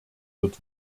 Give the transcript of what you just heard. wird